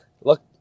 look